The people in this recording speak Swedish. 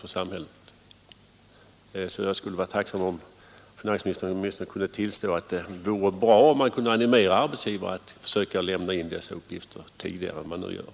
Jag skulle därför vara tacksam om finansministern åtminstone kunde tillstå att det vore bra, om man kunde animera arbetsgivare att försöka lämna inkomstuppgifterna tidigare än vad som nu sker.